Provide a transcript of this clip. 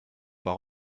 par